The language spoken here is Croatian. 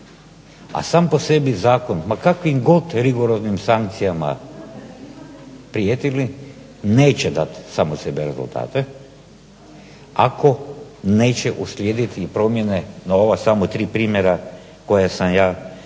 a sam po sebi zakon ma kakvim god rigoroznim sankcijama prijetili neće dati sam od sebe rezultate, ako neće uslijediti i promjene na ova samo tri primjera koje sam ja iznio.